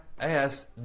asked